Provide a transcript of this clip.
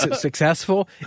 successful